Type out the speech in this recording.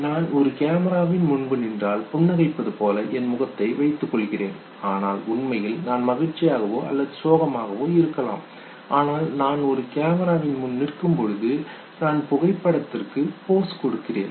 நான் ஒரு கேமராவின் முன்பு நின்றால் புன்னகைப்பது போல என் முகத்தை வைத்துக் கொள்கிறேன் ஆனால் உண்மையில் நான் மகிழ்ச்சியாகவோ அல்லது சோகமாகவோ இருக்கலாம் ஆனால் நான் ஒரு கேமராவின் முன் நிற்கும்போது நான் புகைப்படத்திற்கு போஸ் கொடுக்கிறேன்